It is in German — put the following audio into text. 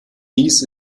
dies